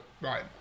right